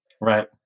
Right